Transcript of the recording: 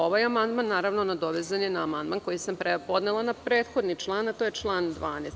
Ovaj amandman je nadovezan na amandman koji sam podnela na prethodni član, a to je član 12.